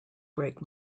break